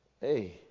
Hey